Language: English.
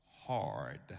hard